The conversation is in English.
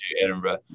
Edinburgh